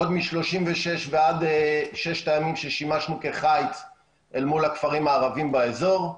עוד מ-36' ועד ששת הימים ששימשנו כחיץ אל מול הכפרים הערבים באזור,